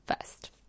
first